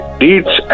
deeds